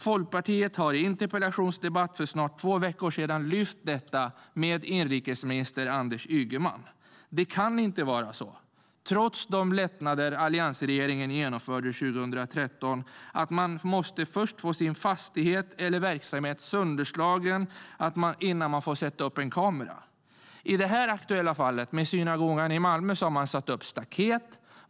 Folkpartiet har i en interpellationsdebatt för snart två veckor sedan lyft upp detta med inrikesminister Anders Ygeman. Det kan inte vara så att man, trots de lättnader alliansregeringen genomförde 2013, först måste få sin fastighet eller verksamhet sönderslagen innan man får sätta upp en kamera. I det aktuella fallet med synagogan i Malmö har man satt upp staket.